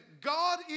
God